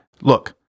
look